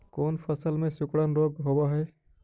कोन फ़सल में सिकुड़न रोग होब है?